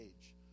age